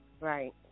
Right